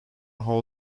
hall